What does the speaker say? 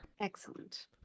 Excellent